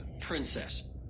princess